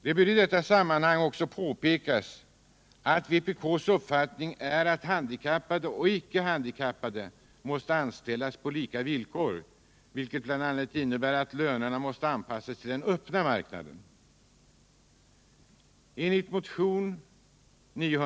Det bör i detta sammanhang också påpekas att vpk:s uppfattning är att handikappade och icke handikappade måste anställas på lika villkor, vilket bl.a. innebär att lönerna måste anpassas till den öppna marknaden.